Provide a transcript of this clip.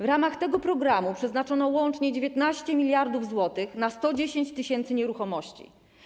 W ramach tego programu przeznaczono łącznie 19 mld zł na 110 tys. nieruchomości.